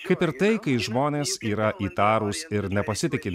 kaip ir tai kai žmonės yra įtarūs ir nepasitiki